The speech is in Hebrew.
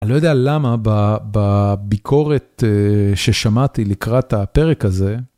אני לא יודע למה, בביקורת ששמעתי לקראת הפרק הזה,